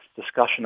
discussion